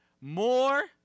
more